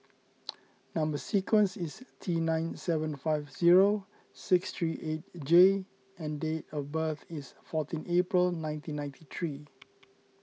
Number Sequence is T nine seven five zero six three eight J and date of birth is fourteen April nineteen ninety three